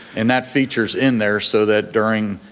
and that feature's in there so that during,